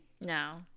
No